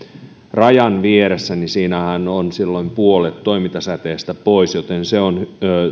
rajan vieressä niin siinähän on silloin puolet toimintasäteestä pois joten se on